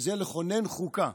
וזה לכונן חוקה.